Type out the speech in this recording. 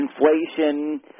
inflation